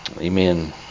amen